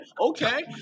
Okay